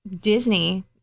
Disney